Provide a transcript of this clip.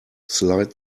slide